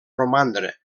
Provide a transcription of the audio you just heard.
romandre